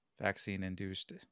vaccine-induced